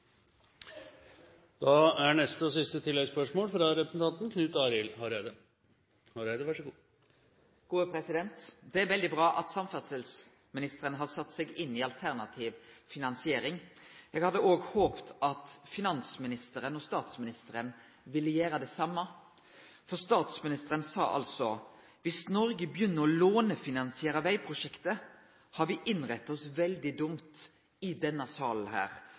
Knut Arild Hareide – til neste oppfølgingsspørsmål. Det er veldig bra at samferdselsministeren har sett seg inn i alternativ finansiering. Eg hadde òg håpa på at finansministeren og statsministeren ville gjere det same. Statsministeren sa altså at «hvis Norge begynner å lånefinansiere veiprosjekter, har vi innrettet oss veldig dumt».